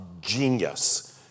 genius